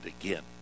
again